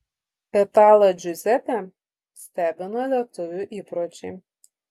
italą džiuzepę stebina lietuvių įpročiai